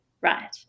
right